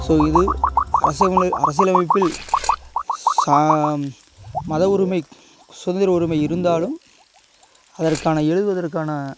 so இது அரசுமுல்ல அரசியலமைப்பில் சா மத உரிமை சுதந்திர உரிமை இருந்தாலும் அதற்கான எழுதுவதற்கான